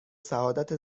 سعادت